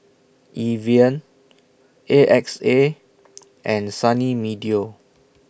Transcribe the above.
Evian A X A and Sunny Meadow